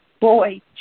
boy